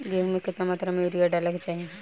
गेहूँ में केतना मात्रा में यूरिया डाले के चाही?